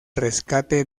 rescate